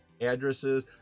addresses